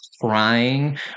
crying